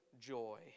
joy